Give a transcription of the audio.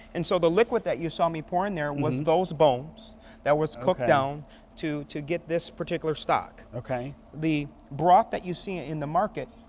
and so the liquid you saw me pouring there was those bones that was cooked down to to get this particular stock. okay? the broth that you see in the market,